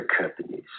companies